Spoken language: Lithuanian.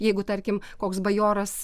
jeigu tarkim koks bajoras